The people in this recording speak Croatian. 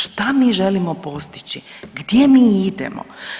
Šta mi želimo postići, gdje mi idemo?